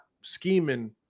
scheming